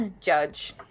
judge